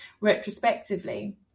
retrospectively